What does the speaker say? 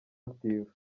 active